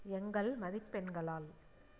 எங்கள் மதிப்பெண்களால்